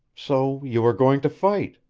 so you are going to fight.